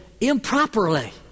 improperly